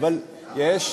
יש?